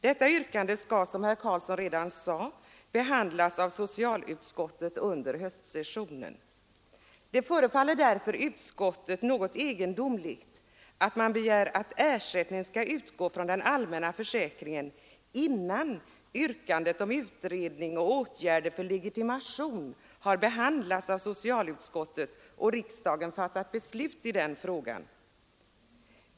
Detta yrkande skall, som herr Carlsson sade, behandlas av socialutskottet under höstsessionen. Det förefaller därför utskottet något egendomligt att man begär att ersättning skall utgå från den allmänna försäkringen innan yrkandet om utredning och åtgärder för legitimation har behandlats av socialutskottet och riksdagen fattat beslut i den frågan.